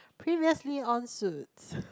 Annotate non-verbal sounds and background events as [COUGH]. previously on suits [BREATH]